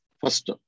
first